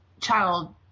child